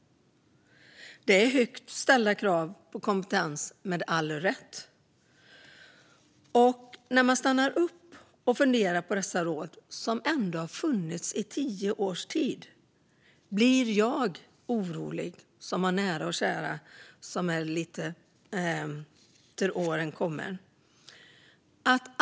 Det är högt ställda krav på kompetens - med all rätt. När man stannar upp och funderar över dessa råd, som ändå har funnits i tio års tid, blir jag orolig för mina nära och kära som är lite till åren komna.